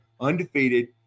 undefeated